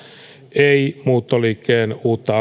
ei muuttoliikkeen uutta